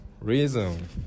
reason